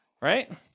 Right